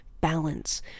balance